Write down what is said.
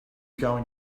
going